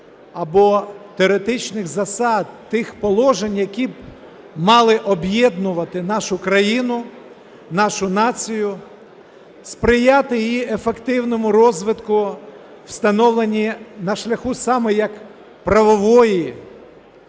або теоретичних засад тих положень, які б мали об'єднувати нашу країну, нашу націю, сприяти її ефективному розвитку у встановленні на шляху саме як правової,